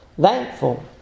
thankful